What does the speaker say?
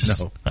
no